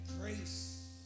grace